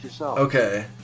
Okay